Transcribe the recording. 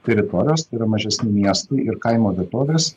teritorijos tai yra mažesni miestai ir kaimo vietovės